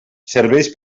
serveix